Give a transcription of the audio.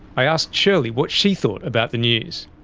i asked shirley what she thought about the news.